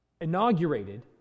inaugurated